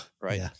Right